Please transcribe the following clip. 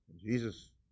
Jesus